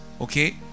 okay